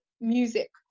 music